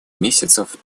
месяцев